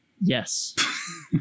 Yes